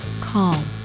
calm